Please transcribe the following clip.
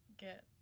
get